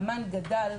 אמ"ן גדל,